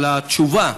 אבל התשובה,